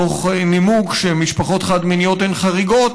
תוך נימוק שמשפחות חד-מיניות הן חריגות